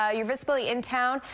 ah your visibility in town,